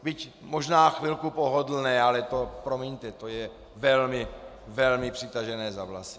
Byť možná chvilku pohodlné, ale to, promiňte, to je velmi, velmi přitažené za vlasy.